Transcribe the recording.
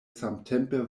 samtempe